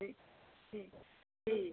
ठीक है ठीक है जी